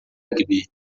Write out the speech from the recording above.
rugby